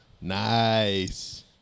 nice